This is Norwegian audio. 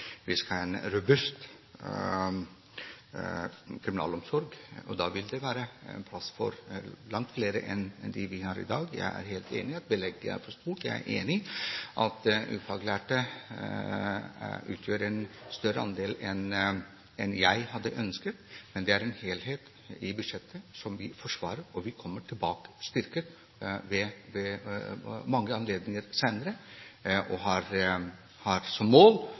vi veldig opptatt av at vi skal ha en robust kriminalomsorg. Da vil det være plass til langt flere enn dem vi har i dag. Jeg er helt enig i at belegget er for stort. Jeg er enig i at ufaglærte utgjør en større andel enn jeg hadde ønsket, men det er en helhet i budsjettet som vi forsvarer. Vi kommer styrket tilbake ved mange senere anledninger. Vi har som mål